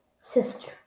Sister